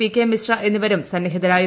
P K Mishra എന്നിവരും സന്നിഹിതരായിരുന്നു